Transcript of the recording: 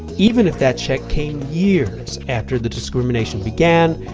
even if that check came years after the discrimination began,